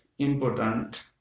Important